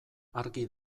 argi